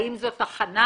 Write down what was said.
האם זאת הכנה